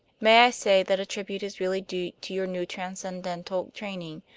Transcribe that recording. may i say that a tribute is really due to your new transcendental training?